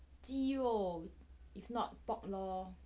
鸡肉 if not pork lor